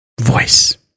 voice